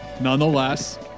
Nonetheless